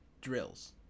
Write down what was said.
drills